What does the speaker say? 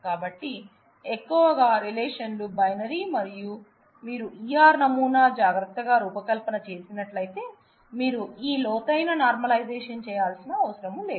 కాబట్టి ఎక్కువగా రిలేషన్లు బైనరీ మరియు మీరు ER నమూనా జాగ్రత్తగా రూపకల్పన చేసినట్లయితే మీరు ఈ లోతైన నార్మలైజేషన్ చేయాల్సిన అవసరం లేదు